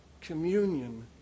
communion